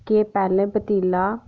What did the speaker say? कि पैह्लें पतीला